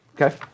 Okay